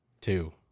Two